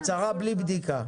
הצהרה בלי בדיקה.